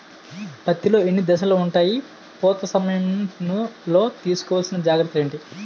పత్తి లో ఎన్ని దశలు ఉంటాయి? పూత సమయం లో తీసుకోవల్సిన జాగ్రత్తలు ఏంటి?